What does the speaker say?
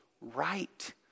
right